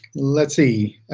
let's see.